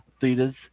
Theaters